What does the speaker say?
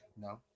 No